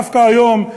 דווקא היום,